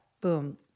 Boom